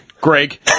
Greg